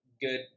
good